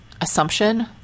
assumption